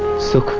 so